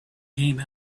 came